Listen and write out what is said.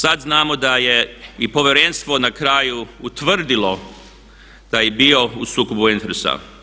Sad znamo da je i povjerenstvo na kraju utvrdilo da je bio u sukobu interesa.